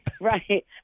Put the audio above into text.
Right